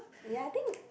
ya I think